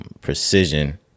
precision